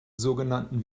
sogenannten